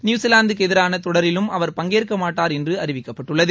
நியுசிலாந்துக்கு எதிரான தொடரிலும் அவர் பங்கேற்க மாட்டார் என்று அறிவிக்கப்பட்டுள்ளது